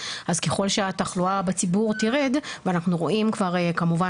אז ככל שהתחלואה בציבור תרד ואנחנו רואים כבר כמובן